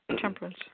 Temperance